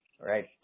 Right